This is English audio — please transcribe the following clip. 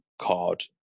card